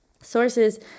sources